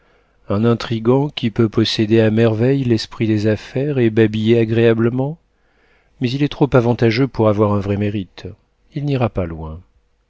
un intrigant qui peut posséder à merveille l'esprit des affaires et babiller agréablement mais il est trop avantageux pour avoir un vrai mérite il n'ira pas loin